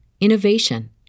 innovation